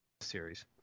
series